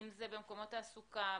אם זה במקומות תעסוקה,